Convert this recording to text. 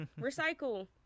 Recycle